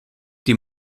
die